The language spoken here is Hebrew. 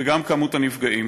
וגם כמות הנפגעים.